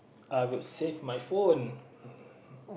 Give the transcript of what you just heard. I would save my phone